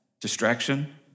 distraction